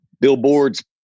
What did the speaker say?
Billboard's